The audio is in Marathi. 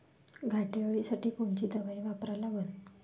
घाटे अळी साठी कोनची दवाई वापरा लागन?